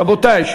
רבותי,